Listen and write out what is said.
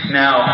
now